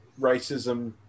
racism